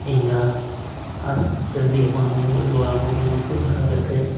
ᱮᱸᱜᱟ ᱟᱨ ᱥᱟᱺᱰᱤ ᱦᱚᱯᱚᱱᱮᱢ ᱟᱹᱜᱩ ᱠᱮᱫ ᱠᱚᱣᱟᱢ ᱩᱱᱠᱩ ᱠᱚᱢ ᱟᱹᱥᱩᱞ ᱦᱟᱨᱟ ᱠᱟᱛᱮ